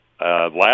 last